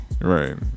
Right